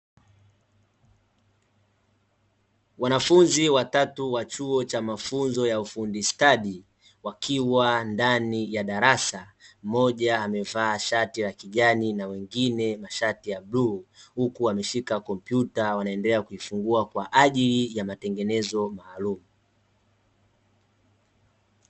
Wanafunzi watatu wa chuo cha mafunzo ya ufundi stadi wakiwa ndani ya darasa, mmoja amevaa shati la kijani na mwingine mashati la bluu huku wameshika kompyuta wanaendelea kuifungua kwa ajili ya matengenezo maalumu.